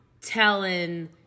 telling